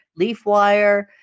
LeafWire